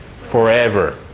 forever